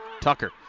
Tucker